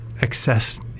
excess